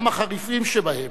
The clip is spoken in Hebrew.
גם החריפים שבהם,